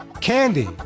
Candy